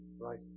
right